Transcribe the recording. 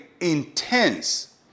intense